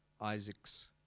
Isaac's